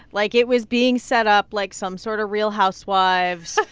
like it was being set up like some sort of real housewives.